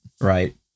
Right